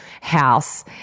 house